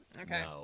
Okay